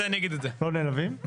לא נעלבים.